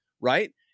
right